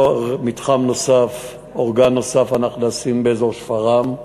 מתחם נוסף, אורגן נוסף אנחנו נשים באזור שפרעם,